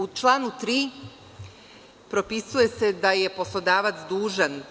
U članu 3. propisuje se da je poslodavac dužan